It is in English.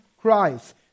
Christ